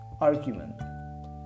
argument